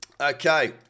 Okay